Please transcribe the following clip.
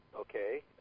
okay